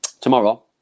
tomorrow